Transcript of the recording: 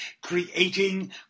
creating